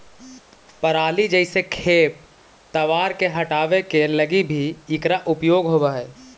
पराली जईसे खेप तवार के हटावे के लगी भी इकरा उपयोग होवऽ हई